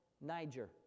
Niger